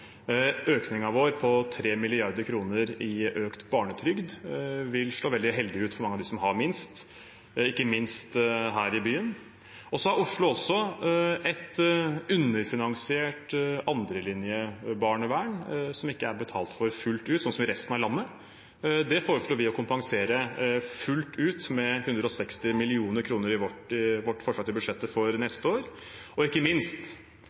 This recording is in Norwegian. Økningen vår på 3 mrd. kr mer til barnetrygd vil slå veldig heldig ut for mange av dem som har minst, ikke minst her i byen. Oslo har også et underfinansiert andrelinjebarnevern, som ikke er betalt for fullt ut, som det er i resten av landet. Det foreslår vi å kompensere fullt ut, med 160 mill. kr i vårt forslag til budsjett for neste år. Ikke minst: